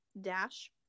dash